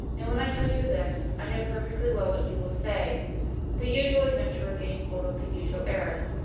and when i tell you this, i know perfectly well what you will say the usual adventurer getting hold of the usual heiress.